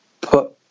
put